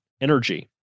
energy